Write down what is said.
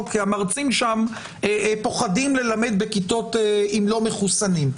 כי המרצים שם פוחדים ללמד בכיתות עם לא מחוסנים.